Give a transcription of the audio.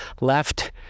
left